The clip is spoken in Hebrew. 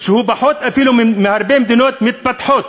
שהוא פחות אפילו מהרבה מדינות מתפתחות,